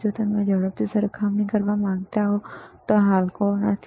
જો તમે ઝડપથી સરખામણી કરવા માંગતા હોવ તો આ હલકો નથી